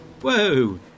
Whoa